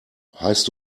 heißt